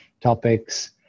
topics